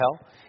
hell